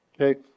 Okay